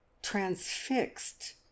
transfixed